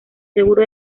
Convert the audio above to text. seguro